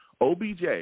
OBJ